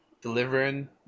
delivering